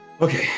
Okay